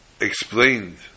Explained